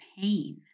pain